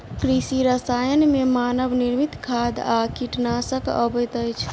कृषि रसायन मे मानव निर्मित खाद आ कीटनाशक अबैत अछि